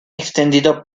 extendido